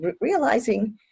realizing